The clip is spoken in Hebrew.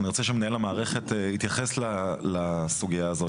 אנחנו נרצה שמנהל המערכת יתייחס לסוגיה הזאת.